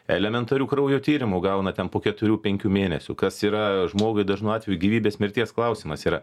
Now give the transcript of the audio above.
elementarių kraujo tyrimų gauna ten po keturių penkių mėnesių kas yra žmogui dažnu atveju gyvybės mirties klausimas yra